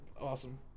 awesome